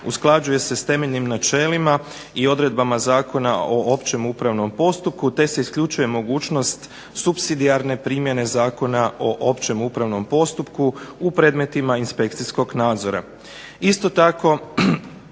usklađuje se s temeljnim načelima i odredbama Zakona o općem upravnom postupku te se isključuje mogućnost supsidijarne primjene Zakona o općem upravnom postupku u predmetima inspekcijskog nadzora.